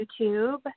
YouTube